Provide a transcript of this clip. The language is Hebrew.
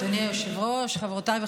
אולי תספרי,